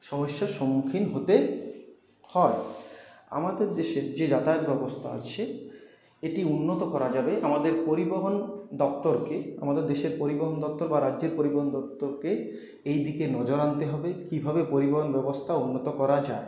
সমস্যার সম্মুখীন হতে হয় আমাদের দেশের যে যাতায়াত ব্যবস্থা আছে এটি উন্নত করা যাবে আমাদের পরিবহন দপ্তরকে আমাদের দেশের পরিবহন দপ্তর বা রাজ্যের পরিবহন দপ্তরকে এদিকে নজর আনতে হবে কীভাবে পরিবহন ব্যবস্থা উন্নত করা যায়